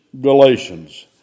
Galatians